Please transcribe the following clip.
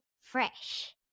Fresh